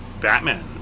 Batman